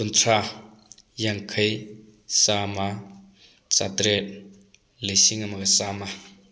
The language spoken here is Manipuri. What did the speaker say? ꯀꯨꯟꯊ꯭ꯔꯥ ꯌꯥꯡꯈꯩ ꯆꯥꯝꯃ ꯆꯥꯇ꯭ꯔꯦꯠ ꯂꯤꯁꯤꯡ ꯑꯃꯒ ꯆꯥꯝꯃ